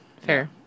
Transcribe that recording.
Fair